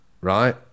Right